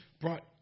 brought